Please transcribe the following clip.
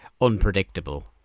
unpredictable